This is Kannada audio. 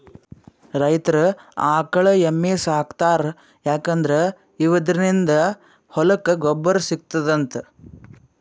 ರೈತರ್ ಆಕಳ್ ಎಮ್ಮಿ ಸಾಕೋತಾರ್ ಯಾಕಂದ್ರ ಇವದ್ರಿನ್ದ ಹೊಲಕ್ಕ್ ಗೊಬ್ಬರ್ ಸಿಗ್ತದಂತ್